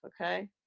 okay